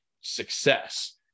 success